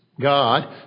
God